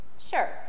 Sure